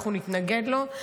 אנחנו נתנגד לו,